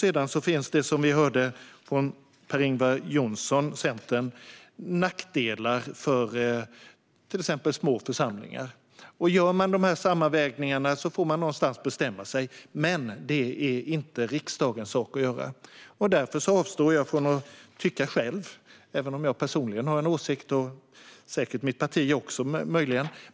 Sedan finns det, som vi hörde från Per-Ingvar Johnsson, nackdelar för till exempel små församlingar. Gör man de här sammanvägningarna får man någonstans bestämma sig, men det är inte riksdagens sak. Därför avstår jag från att tycka något själv, även om jag personligen har en åsikt och möjligen också mitt parti.